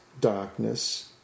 darkness